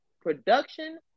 production